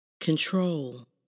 control